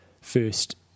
first